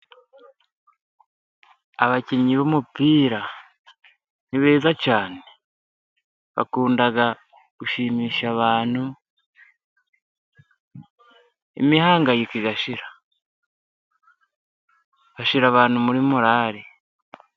Abakinnyi b'umupira ni beza cyane, bakunda gushimisha abantu, imihangayiko igashira, bashyira abantu muri morale.